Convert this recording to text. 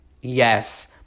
yes